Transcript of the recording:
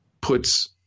puts